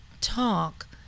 talk